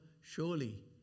surely